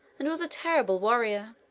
and was a terrible warrior.